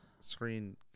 screen